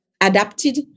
adapted